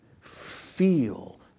feel